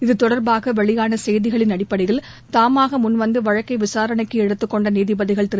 இத்தொடர்பாக வெளியான செய்திகளின் அடிப்படையில் தாமாக முன்வந்து வழக்கை விசாரணைக்கு எடுத்துக்கொண்ட நீதிபதிகள் திரு